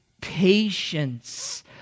patience